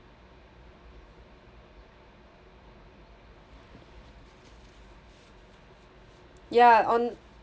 yeah on